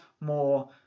more